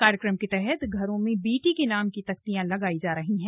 कार्यक्रम के तहत घरों में बेटी के नाम की तख्तियां लगायी जा रही हैं